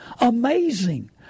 Amazing